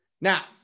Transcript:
Now